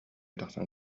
тахсан